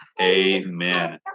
amen